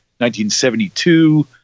1972